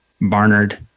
Barnard